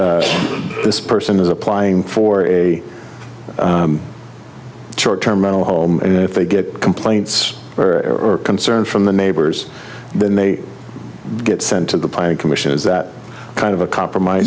that this person is applying for a short term mental home and if they get complaints or concerns from the neighbors they may get sent to the planning commission is that kind of a compromise